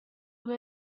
who